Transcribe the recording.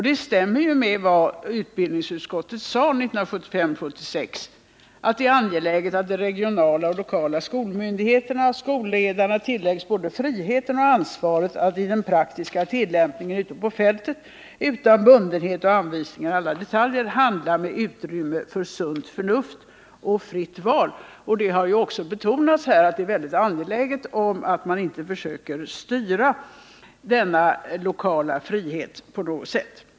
Det stämmer ju med vad utbildningsutskottet sade 1975/76, att det är angeläget att de regionala och lokala skolmyndigheterna och skolledarna åläggs både friheten och ansvaret att i den praktiska tillämpningen ute på fältet utan bundenhet och anvisningar i alla detaljer handla med utrymme för sunt förnuft och fritt val. Det har också betonats här att det är mycket angeläget att man inte försöker styra denna lokala frihet på något sätt.